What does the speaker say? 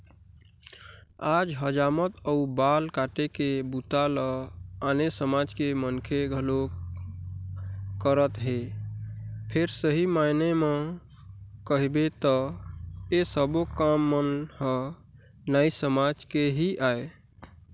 आज हजामत अउ बाल काटे के बूता ल आने समाज के मनखे घलोक करत हे फेर सही मायने म कहिबे त ऐ सब्बो काम मन ह नाई समाज के ही आय